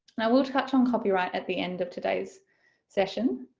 i will touch on copyright at the end of today's session,